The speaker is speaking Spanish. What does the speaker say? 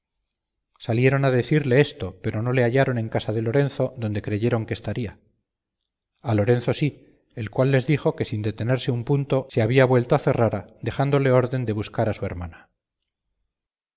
salieron a decirle esto pero no le hallaron en casa de lorenzo donde creyeron que estaría a lorenzo sí el cual les dijo que sin detenerse un punto se había vuelto a ferrara dejándole orden de buscar a su hermana